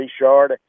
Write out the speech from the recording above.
Richard